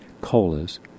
colas